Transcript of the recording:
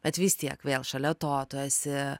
bet vis tiek vėl šalia to tu esi